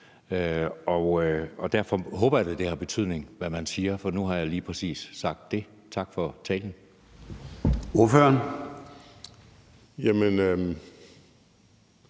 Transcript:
Derfor håber jeg da, det har betydning, hvad man siger, for nu har jeg lige præcis sagt det. Tak for talen.